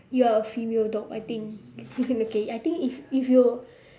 you are a female dog I think okay I think if if you